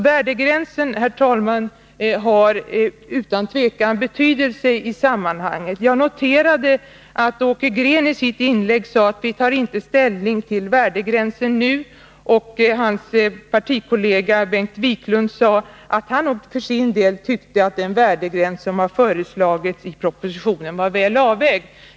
Värdegränsen har alltså utan tvivel betydelse i sammanhanget. Jag noterade att Åke Green i sitt inlägg sade: Vi tar inte ställning till värdegränsen nu. Hans partikollega Bengt Wiklund sade att han för sin del tyckte att den värdegräns som var föreslagen i propositionen var väl avvägd.